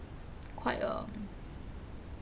quite a